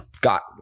got